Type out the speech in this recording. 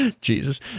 Jesus